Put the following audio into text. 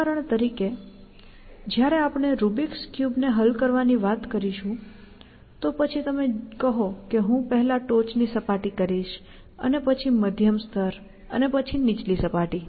ઉદાહરણ તરીકે જ્યારે આપણે રુબીક્સ ક્યુબ ને હલ કરવાની વાત કરીશું તો પછી જો તમે કહો કે હું પહેલા ટોચની સપાટી કરીશ અને પછી મધ્યમ સ્તર અને પછી નીચલી સપાટી